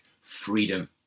freedom